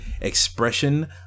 expression